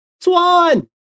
Swan